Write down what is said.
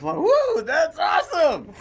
but that's awesome!